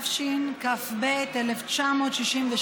התשכ"ב 1962,